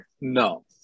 No